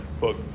book